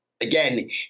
Again